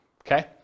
Okay